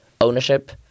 ownership